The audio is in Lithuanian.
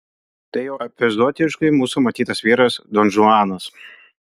tai jau epizodiškai mūsų matytas vyras donžuanas